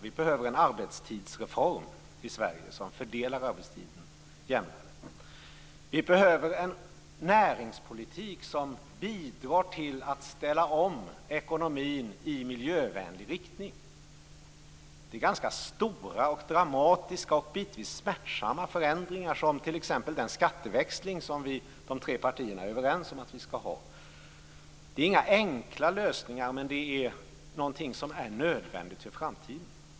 Vi behöver en arbetstidsreform i Sverige som fördelar arbetstiderna jämnare. Vi behöver en näringspolitik som bidrar till att ställa om ekonomin i miljövänlig riktning. Det är ganska stora, dramatiska och bitvis smärtsamma förändringar, som t.ex. den skatteväxling som vi i de tre partierna är överens om att vi skall ha. Det är inga enkla lösningar, men det är någonting som är nödvändigt för framtiden.